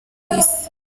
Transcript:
isi